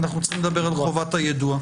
אנחנו צריכים לדבר על חובת היידוע.